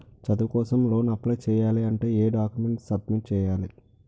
చదువు కోసం loan apply చేయాలి అంటే ఎం డాక్యుమెంట్స్ సబ్మిట్ చేయాలి?